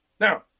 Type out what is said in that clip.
Now